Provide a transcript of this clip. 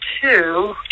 two